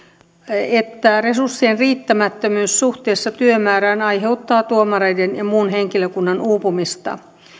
että resurssien riittämättömyys suhteessa työmäärään aiheuttaa tuomareiden ja muun henkilökunnan uupumista